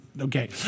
Okay